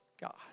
God